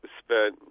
spent